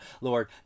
Lord